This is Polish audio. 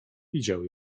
widział